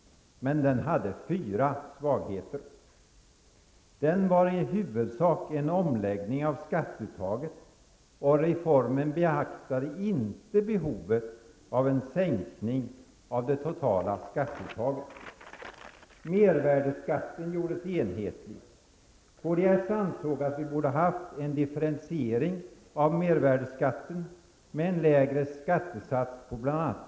Men den hade fyra svagheter. Skatteomläggningen var i huvudsak en omläggning av skatteuttaget, och reformen beaktade inte behovet av en sänkning av det totala skatteuttaget. Mervärdeskatten gjordes enhetlig. Kds ansåg att vi borde ha haft en differentiering av mervärdeskatten med en lägre skattesats på bl.a.